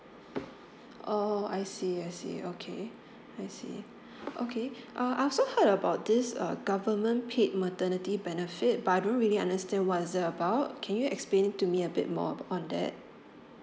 oh I see I see okay I see okay uh I also heard about this err government paid maternity benefit but I don't really understand what is that about can you explain to me a bit more on that